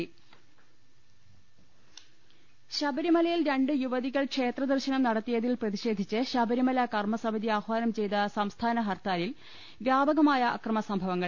രു ൽ ശബരിമലയിൽ രണ്ട് യുവതികൾ ക്ഷേത്രദർശനം നടത്തിയതിൽ പ്രതി ഷേധിച്ച് ശബരിമല കർമസമിതി ആഹ്വാനം ചെയ്ത സംസ്ഥാന ഹർത്താ ലിൽ വ്യാപകമായ ആക്രമ സംഭവങ്ങൾ